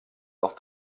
leurs